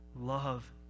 Love